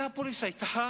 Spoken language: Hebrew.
אנאפוליס היתה